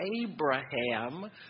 Abraham